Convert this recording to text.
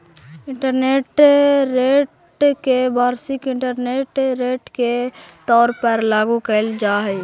interest rate के वार्षिक interest rate के तौर पर लागू कईल जा हई